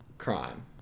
Crime